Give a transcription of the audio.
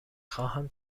خواهم